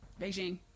Beijing